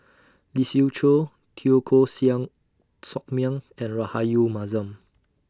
Lee Siew Choh Teo Koh Siang Sock Miang and Rahayu Mahzam